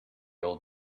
old